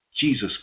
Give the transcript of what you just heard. Jesus